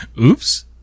Oops